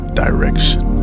direction